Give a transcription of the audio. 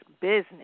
business